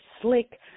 slick